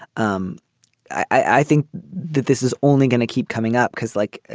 um i think that this is only going to keep coming up because like,